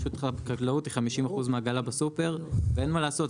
פשוט חקלאות היא 50% מהעגלה בסופר ואין מה לעשות,